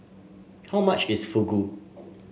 how much is Fugu